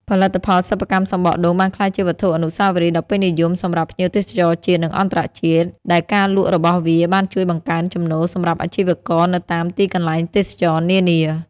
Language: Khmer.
ផលិតផលសិប្បកម្មសំបកដូងបានក្លាយជាវត្ថុអនុស្សាវរីយ៍ដ៏ពេញនិយមសម្រាប់ភ្ញៀវទេសចរណ៍ជាតិ និងអន្តរជាតិ ដែលការលក់របស់វាបានជួយបង្កើនចំណូលសម្រាប់អាជីវករនៅតាមទីកន្លែងទេសចរណ៍នានា។